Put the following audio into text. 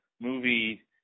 movie